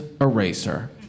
Eraser